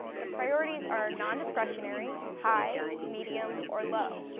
the priorities are non-discretionary, high, medium or low.